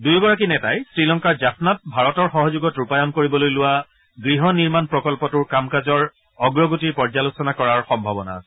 দুয়োগৰাকী নেতাই শ্ৰীলংকাৰ জাফনাত ভাৰতৰ সহযোগত ৰূপায়ণ কৰিবলৈ লোৱা ঘৃহ নিৰ্মাণ প্ৰকল্পটোৰ কাম কাজৰ অগ্ৰগতিৰ পৰ্যালোচনা কৰাৰ সম্ভাৱনা আছে